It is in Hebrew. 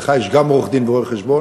לך יש גם עורך-דין וגם רואה-חשבון,